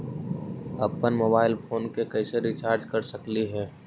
अप्पन mobile phone के कैसे रिचार्ज कर सकली हे?